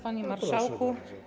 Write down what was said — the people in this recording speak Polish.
Panie Marszałku!